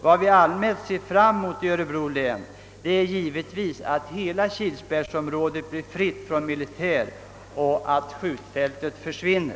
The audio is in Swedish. Vad vi allmänt ser fram emot i Örebro län är givetvis att hela kilsbergsområdet blir fritt från militär och att skjutfältet försvinner.